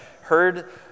heard